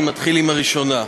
אני מתחיל עם הראשונה.